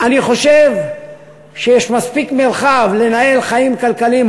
אני חושב שיש מספיק מרחב לנהל חיים כלכליים